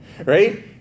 Right